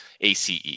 ACE